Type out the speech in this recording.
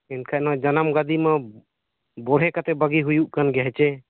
ᱮᱱᱠᱷᱟᱱ ᱱᱚᱣᱟ ᱡᱟᱱᱟᱢ ᱜᱟᱹᱫᱤ ᱢᱟ ᱵᱚᱲᱦᱮᱸ ᱠᱟᱛᱮ ᱵᱟᱹᱜᱤ ᱦᱩᱭᱩᱜ ᱠᱟᱱ ᱜᱮᱭᱟ ᱦᱮᱸᱥᱮ